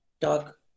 talk